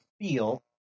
feel